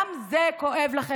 גם את זה כואב לכם,